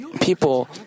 people